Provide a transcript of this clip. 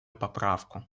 поправку